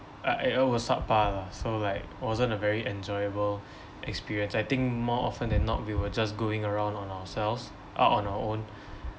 uh it it was subpar lah so like wasn't a very enjoyable experience I think more often than not we were just going around on ourselves uh on our own